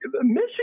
Michigan